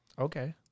Okay